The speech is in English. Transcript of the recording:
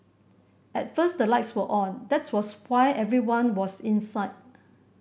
at first the lights were on that was why everyone was inside